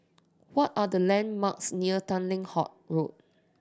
what are the landmarks near Tanglin Halt Road